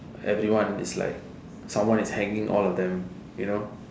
everyone is like someone is hanging all of them you know